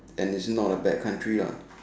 and it's is not a bad country lah